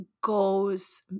goes